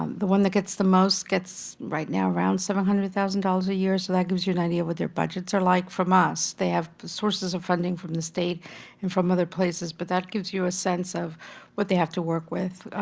um the one that gets the most gets right now around seven hundred thousand dollars a year, so that gives you an idea of what their budgets are like from us. they have sources of funding from the state and from other places, but that gives you a sense of what they have to work with.